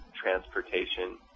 transportation